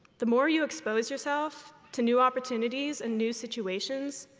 the more you expose yourself to new opportunities and new situations,